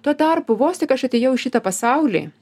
tuo tarpu vos tik aš atėjau į šitą pasaulį